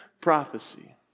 prophecy